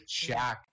Shaq